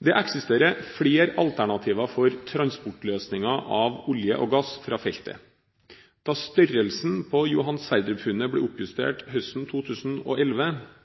Det eksisterer flere alternativer for transportløsninger av olje og gass fra feltet. Da størrelsen på Johan Sverdrup-funnet ble oppjustert høsten 2011,